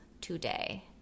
today